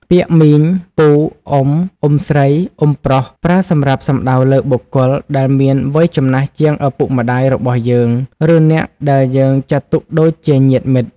ពាក្យ មីង ពូ អ៊ុំ អ៊ុំស្រី អ៊ុំប្រុស ប្រើសម្រាប់សំដៅលើបុគ្គលដែលមានវ័យចំណាស់ជាងឪពុកម្ដាយរបស់យើង ឬអ្នកដែលយើងចាត់ទុកដូចជាញាតិមិត្ត។